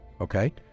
Okay